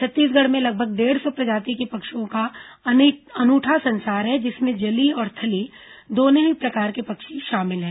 छत्तीसगढ़ में लगभग डेढ़ सौ प्रजाति के पक्षियों का अनूठा संसार है जिनमें जलीय और थलीय दोनों ही प्रकार के पक्षी शामिल हैं